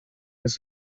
this